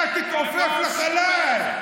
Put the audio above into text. אתה תתעופף לחלל.